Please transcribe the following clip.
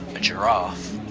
a giraffe.